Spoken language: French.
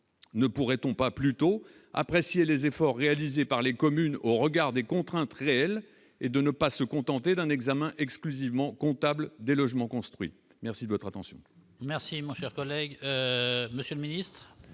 ne pourrait-on pas plutôt apprécié les efforts réalisés par les communes, au regard des contraintes réelles et de ne pas se contenter d'un examen exclusivement comptable des logements construits, merci de votre attention.